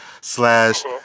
slash